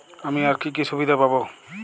আমি আর কি কি সুবিধা পাব?